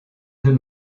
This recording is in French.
deux